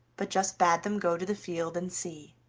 but just bade them go to the field and see.